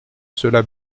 cela